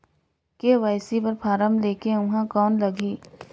KYC बर form ले के ऊहां कौन लगही?